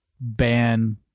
ban